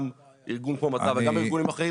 גם ארגון כמו מטב וגם ארגונים אחרים,